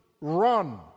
run